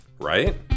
Right